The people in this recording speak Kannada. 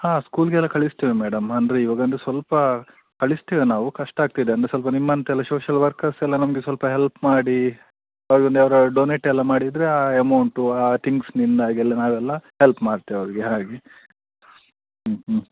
ಹಾಂ ಸ್ಕೂಲ್ಗೆಲ್ಲ ಕಳಿಸ್ತೇವೆ ಮೇಡಮ್ ಅಂದರೆ ಇವಾಗಂದ್ರೆ ಸ್ವಲ್ಪ ಕಳಿಸ್ತೇವೆ ನಾವು ಕಷ್ಟ ಆಗ್ತಿದೆ ಅಂದರೆ ಸ್ವಲ್ಪ ನಿಮ್ಮಂತೆ ಎಲ್ಲ ಸೋಶಿಯಲ್ ವರ್ಕರ್ಸ್ ಎಲ್ಲ ನಮ್ಗೆ ಸ್ವಲ್ಪ ಹೆಲ್ಪ್ ಮಾಡಿ ಅದನ್ನು ಎಲ್ಲ ಡೊನೆಟ್ ಎಲ್ಲ ಮಾಡಿದ್ರೆ ಆ ಎಮೌಂಟು ಆ ತಿಂಗ್ಸ್ನಿಂದಾಗೆಲ್ಲ ನಾವೆಲ್ಲ ಹೆಲ್ಪ್ ಮಾಡ್ತೇವೆ ಅವರಿಗೆ ಹಾಗೆ ಹ್ಞೂ ಹ್ಞೂ